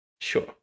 Sure